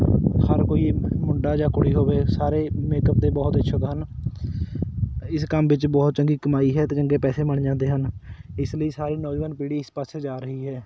ਹਰ ਕੋਈ ਮੁੰਡਾ ਜਾਂ ਕੁੜੀ ਹੋਵੇ ਸਾਰੇ ਮੇਕਅਪ ਦੇ ਬਹੁਤ ਇਛੁੱਕ ਹਨ ਇਸ ਕੰਮ ਵਿੱਚ ਬਹੁਤ ਚੰਗੀ ਕਮਾਈ ਹੈ ਅਤੇ ਚੰਗੇ ਪੈਸੇ ਬਣ ਜਾਂਦੇ ਹਨ ਇਸ ਲਈ ਸਾਰੇ ਨੌਜਵਾਨ ਪੀੜ੍ਹੀ ਇਸ ਪਾਸੇ ਜਾ ਰਹੀ ਹੈ